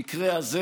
ובמקרה הזה,